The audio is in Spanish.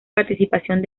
participación